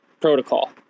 protocol